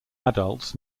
adults